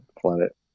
planet